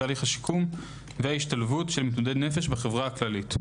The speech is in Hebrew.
תהליך השיקום וההשתלבות של מתמודדי נפש בחברה הכללית.